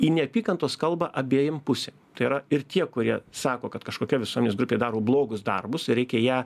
į neapykantos kalbą abiejėm pusėm tai yra ir tie kurie sako kad kažkokia visuomenės grupė daro blogus darbus reikia ją